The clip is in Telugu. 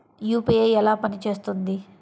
యూ.పీ.ఐ ఎలా పనిచేస్తుంది?